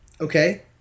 okay